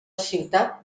ciutat